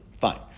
Fine